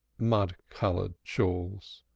mud-colored shawls.